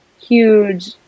huge